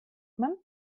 man